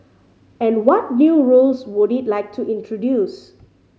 and what new rules would it like to introduce